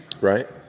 Right